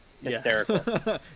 Hysterical